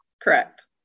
Correct